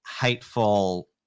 hateful